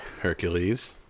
Hercules